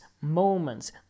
moments